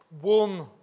One